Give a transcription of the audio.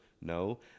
No